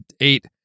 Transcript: eight